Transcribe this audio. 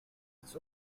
its